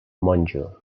monjo